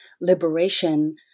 liberation